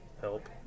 Help